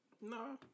No